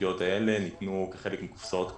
המשמעותיות הללו ניתנו כחלק מקופסאות קורונה,